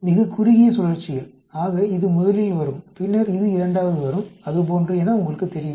மிகக் குறுகிய சுழற்சியில் ஆக இது முதலில் வரும் பின்னர் இது இரண்டாவது வரும் அதுபோன்று என உங்களுக்குத் தெரியும்